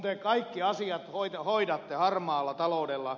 te kaikki asiat hoidatte harmaalla taloudella